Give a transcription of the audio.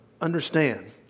understand